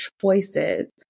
choices